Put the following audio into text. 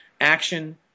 action